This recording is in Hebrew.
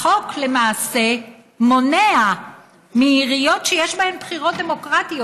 החוק למעשה מונע מעיריות שיש בהן בחירות דמוקרטיות,